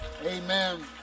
Amen